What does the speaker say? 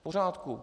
V pořádku.